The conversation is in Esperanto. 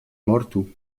mortu